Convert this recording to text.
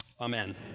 Amen